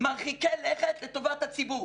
מרחיקי לכת לטובת הציבור